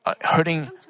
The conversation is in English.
hurting